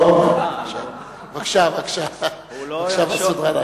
בבקשה, מסעוד גנאים.